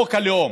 בחוק הלאום.